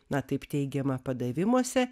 na taip teigiama padavimuose